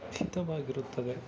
ಹಿತವಾಗಿರುತ್ತದೆ